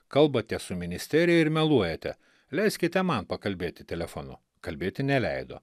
kalbate su ministerija ir meluojate leiskite man pakalbėti telefonu kalbėti neleido